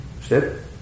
sit